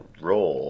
raw